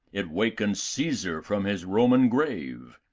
it wakened caesar from his roman grave,